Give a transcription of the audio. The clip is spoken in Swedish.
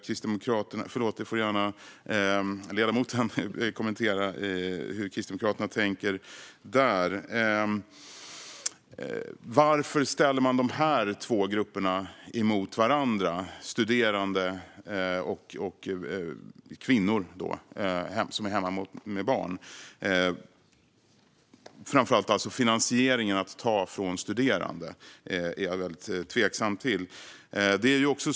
Ledamoten får gärna kommentera hur Kristdemokraterna tänker där. Varför ställer man dessa två grupper mot varandra: studerande och kvinnor som är hemma med barn. Det är framför allt finansieringen, att man tar från studerande, som jag är väldigt tveksam till.